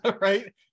right